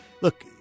look